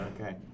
Okay